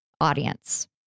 audience